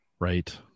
right